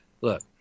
Look